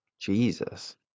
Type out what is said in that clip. Jesus